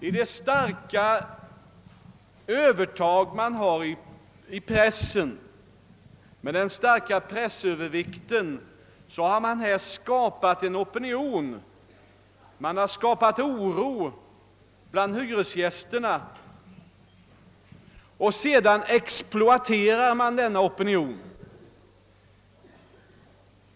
Med det övertag man har genom den starka pressövervikten har man skapat en opinion mot förslaget och oro bland hyresgästerna, och sedan exploaterar man denna opinion.